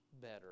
better